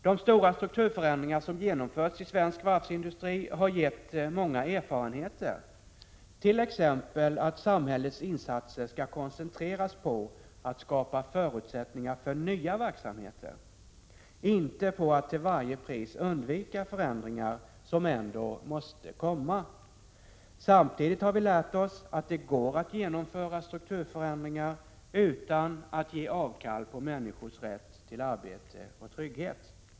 De stora strukturförändringar som genomförts i svensk varvsindustri har gett många erfarenheter, t.ex. att samhällets insatser skall koncentreras på att skapa förutsättningar för nya verksamheter, inte på att till varje pris undvika förändringar som ändå måste komma. Samtidigt har vi lärt oss att det går att genomföra strukturförändringar utan att ge avkall på människors rätt till arbete och trygghet.